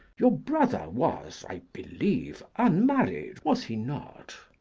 your brother was, i believe, unmarried, was he not?